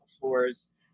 floors